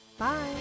Bye